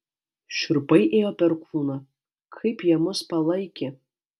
šiurpai ėjo per kūną kaip jie mus palaikė